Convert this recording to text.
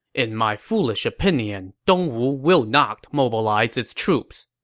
in my foolish opinion, dongwu will not mobilize its troops.